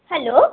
hello